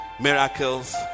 miracles